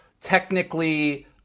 technically